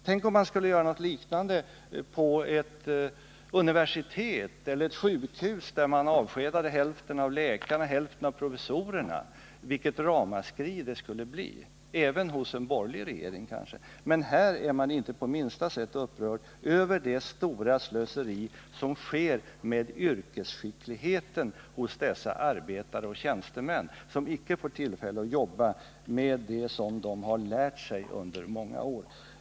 Tänk om man skulle göra någonting liknande på ett universitet eller ett sjukhus och avskeda hälften av läkarna eller professorerna! Vilket ramaskri det skulle bli, kanske också från den borgerliga regeringens sida. Men här är man inte på minsta sätt upprörd över det stora slöseri som sker med yrkesskicklighet hos dessa arbetare och tjänstemän, som inte får tillfälle att arbeta med det som de lärt sig under många år.